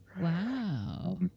Wow